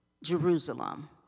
Jerusalem